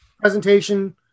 presentation